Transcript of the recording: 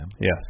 Yes